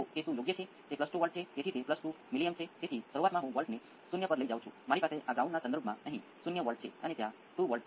તેથી ઇનપુટ પર જે લાગુ પડે છે તે એક વર્ગમૂળ પણ નથી કે જે પોતે અમુક પ્રકારના એક્સ્પોનેંસિયલ છે